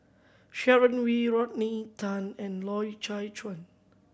Sharon Wee Rodney Tan and Loy Chye Chuan